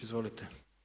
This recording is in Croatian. Izvolite.